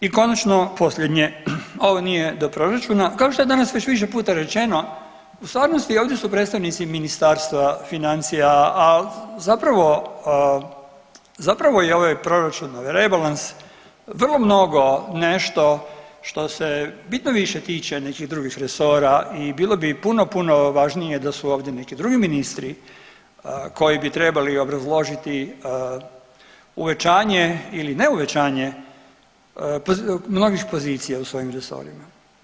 I konačno posljednje, ovo nije do proračuna, kao što je danas već više puta rečeno, u stvarnosti ovdje su predstavnici Ministarstva financija, a zapravo, zapravo je ovaj proračunov rebalans vrlo mnogo nešto što se bitno više tiče nekih drugih resora i bilo bi puno puno važnije da su ovdje neki drugi ministri koji bi trebali obrazložiti uvećanje ili neuvećanje mnogih pozicija u svojim resorima.